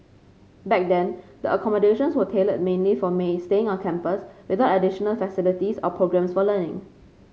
back then the accommodations were tailored mainly for staying on campus without additional facilities or programmes for learning